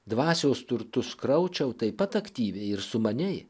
dvasios turtus kraučiau taip pat aktyviai ir sumaniai